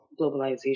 globalization